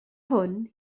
hwn